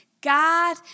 God